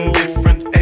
different